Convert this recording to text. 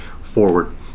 forward